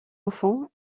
enfant